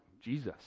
Jesus